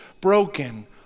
broken